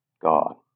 God